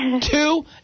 two